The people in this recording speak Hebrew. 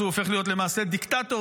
הוא הופך להיות למעשה דיקטטור,